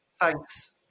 Thanks